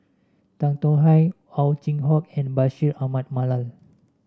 Tan Tong Hye Ow Chin Hock and Bashir Ahmad Mallal